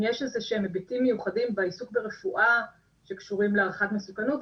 אם יש איזשהם היבטים מיוחדים בעיסוק ברפואה שקשורים להערכת מסוכנות,